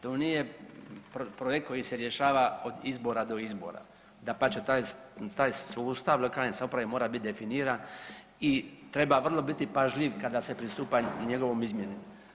To nije projekt koji se rješava od izbora do izbora, dapače taj sustav lokalne samouprave mora biti definiran i treba biti vrlo pažljiv kada se pristupa njegovoj izmjeni.